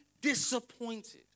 Disappointed